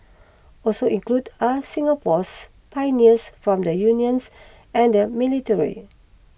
also included are Singapore's pioneers from the unions and the military